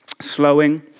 Slowing